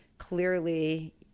clearly